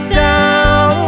down